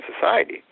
society